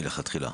מלכתחילה.